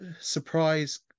surprise